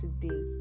today